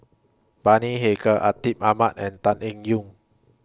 Bani Haykal Atin Amat and Tan Eng Yoon